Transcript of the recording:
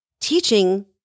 teaching